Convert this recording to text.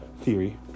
theory